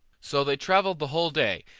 so they travelled the whole day,